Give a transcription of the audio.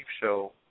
show